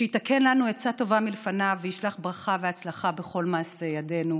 שיתקן לנו עצה טובה מלפניו וישלח ברכה והצלחה בכל מעשי ידינו,